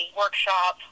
workshop